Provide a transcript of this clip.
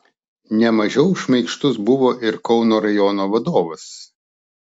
ne mažiau šmaikštus buvo ir kauno rajono vadovas